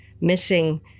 missing